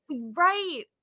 Right